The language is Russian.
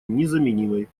незаменимой